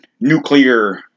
nuclear